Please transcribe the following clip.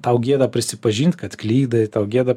tau gėda prisipažint kad klydai tau gėda